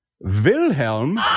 Wilhelm